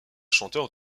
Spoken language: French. chanteur